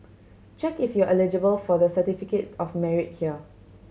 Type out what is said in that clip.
check if you are eligible for the Certificate of Merit here